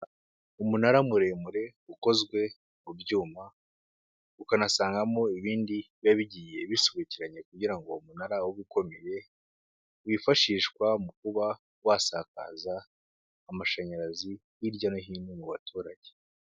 Umunara muremure ukozwe mu byuma, ukanasangamo ibindi biba bigiye bisukiranye kugira ngo umunara ube ukomeye wifashishwa mu kuba wasakaza amashanyarazi hirya no hino mu baturage.